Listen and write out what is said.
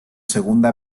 segunda